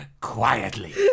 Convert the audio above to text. quietly